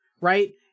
right